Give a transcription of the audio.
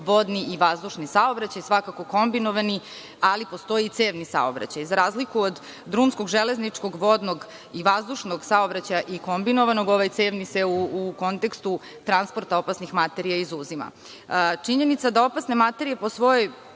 vodni i vazdušni saobraćaj, svakako kombinovani, ali postoji i cevni saobraćaj. Za razliku od drumskog, železničkog, vodnog i vazdušnog saobraćaja i kombinovanog, ovaj cevni se u kontekstu transporta opasnih materija izuzima. Činjenica da opasne materije po svojim